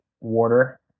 water